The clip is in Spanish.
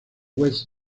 west